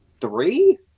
three